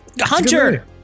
Hunter